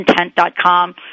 intent.com